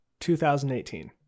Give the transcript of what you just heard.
2018